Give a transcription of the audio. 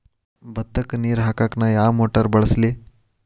ಭತ್ತಕ್ಕ ನೇರ ಹಾಕಾಕ್ ನಾ ಯಾವ್ ಮೋಟರ್ ಬಳಸ್ಲಿ?